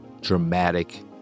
dramatic